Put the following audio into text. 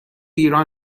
ایران